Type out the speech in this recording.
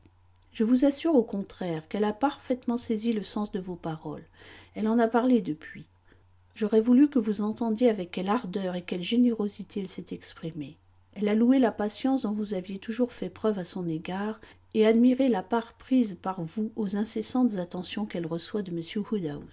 je vous assure au contraire qu'elle a parfaitement saisi le sens de vos paroles elle en a parlé depuis j'aurais voulu que vous entendiez avec quelle ardeur et quelle générosité elle s'est exprimée elle a loué la patience dont vous aviez toujours fait preuve à son égard et admiré la part prise par vous aux incessantes attentions qu'elle reçoit de